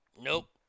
Nope